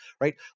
right